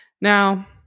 Now